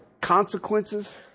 consequences